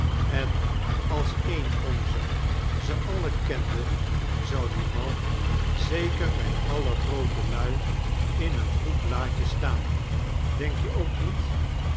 en als een onzer ze alle kende zou die man zeker bij alle groote hii in een goed blaadje staan denk je ook niet